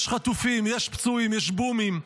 יש חטופים, יש פצועים, יש בומים,